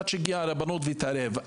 עד שהגיעה הרבנות והתערבה.